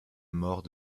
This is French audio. mort